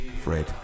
Fred